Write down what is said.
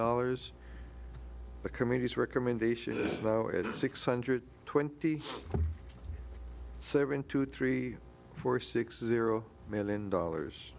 dollars the committee's recommendations are now at six hundred twenty seven two three four six zero million dollars